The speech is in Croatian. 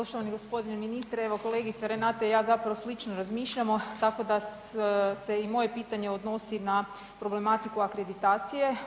Poštovani g. ministre, evo kolegica Renata i ja zapravo slično razmišljamo tako da se i moje pitanje odnosi na problematiku akreditacije.